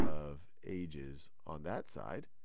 of ages on that side,